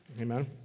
Amen